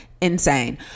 Insane